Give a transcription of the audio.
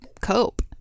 cope